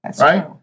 Right